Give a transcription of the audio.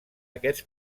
aquests